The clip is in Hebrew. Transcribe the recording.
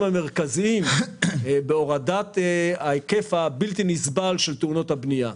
המרכזיים בהורדת ההיקף הבלתי נסבל של תאונות הבנייה.